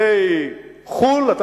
ילדי חוץ-לארץ,